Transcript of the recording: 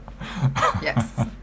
Yes